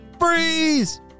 Freeze